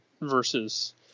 versus